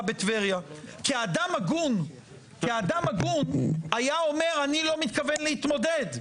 בטבריה כי אדם הגון היה אומר שהוא לא מתכוון להתמודד.